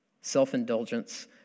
Self-indulgence